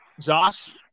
Josh